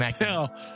no